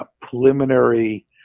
preliminary